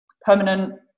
permanent